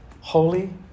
Holy